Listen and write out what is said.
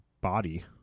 body